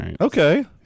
Okay